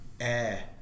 air